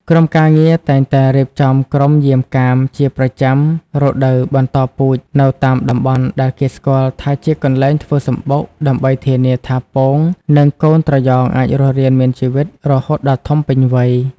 ក្រុមការងារតែងតែរៀបចំក្រុមយាមកាមជាប្រចាំនៅរដូវបន្តពូជនៅតាមតំបន់ដែលគេស្គាល់ថាជាកន្លែងធ្វើសម្បុក ដើម្បីធានាថាពង និងកូនត្រយងអាចរស់រានមានជីវិតរហូតដល់ធំពេញវ័យ។